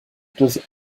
does